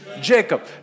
Jacob